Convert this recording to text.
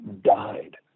died